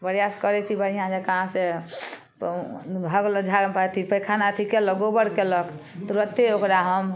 प्रयास करय छी बढ़िआँ जकाँ से तऽ पैखाना एथी कयलक गोबर कयलक तुरत्ते ओकरा हम